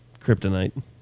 kryptonite